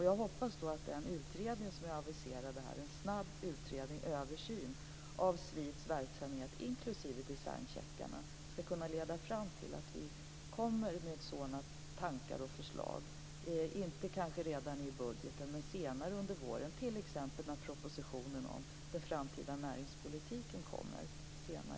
Jag hoppas att den utredning som är aviserad här blir en snabb utredning, översyn, av SVID:s verksamhet, inklusive designcheckarna, ska kunna leda fram till att vi kommer med sådana tankar och förslag - kanske inte redan i budgeten men senare under våren, t.ex. när propositionen om den framtida näringspolitiken kommer.